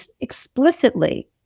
explicitly